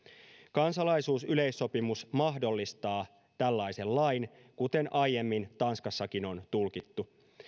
kansalaisuusyleissopimus mahdollistaa tällaisen lain kuten aiemmin tanskassakin on tulkittu